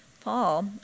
Paul